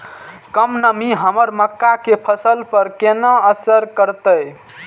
कम नमी हमर मक्का के फसल पर केना असर करतय?